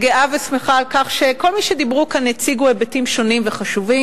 אני גאה ושמחה על כך שכל מי שדיברו כאן הציגו היבטים שונים וחשובים: